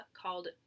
called